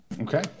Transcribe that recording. Okay